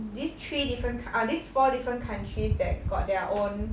these three different count~ ah these four different countries that got their own